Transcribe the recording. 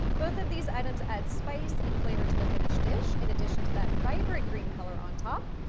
both of these items add spice and flavor to the finished dish, in addition to that vibrant green color on top,